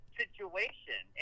situation